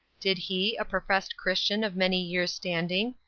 did he, a professed christian of many years' standing,